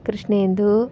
Krishnendu